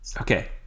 Okay